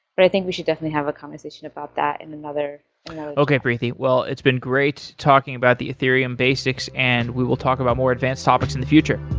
but i think we should definitely have a conversation about that in another okay, preethi. it's been great talking about the ethereum basics and we will talk about more advanced topics in the future.